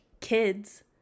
kids